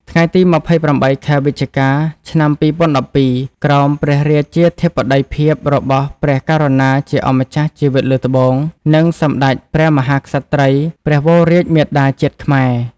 ថ្ងៃទី២៨ ខែវិច្ឆិកា ឆ្នាំ២០១២ ក្រោមព្រះរាជាធិបតីភាពរបស់ព្រះករុណាជាអម្ចាស់ជីវិតលើត្បូង និងសម្ដេចព្រះមហាក្សត្រីព្រះវររាជមាតាជាតិខ្មែរ។